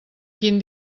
quin